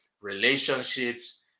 relationships